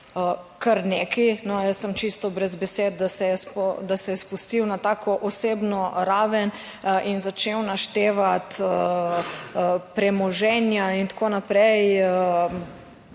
kar nekaj. Jaz sem čisto brez besed, da se je, da se je spustil na tako osebno raven in začel naštevati premoženja in tako naprej.